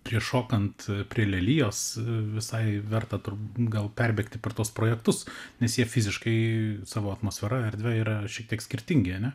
prieš šokant prie lelijos visai verta gal perbėgti per tuos projektus nes jie fiziškai savo atmosfera erdve yra šiek tiek skirtingi ane